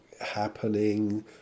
happening